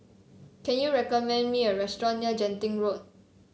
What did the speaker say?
can you recommend me a restaurant near Genting Road